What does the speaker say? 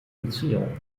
beziehung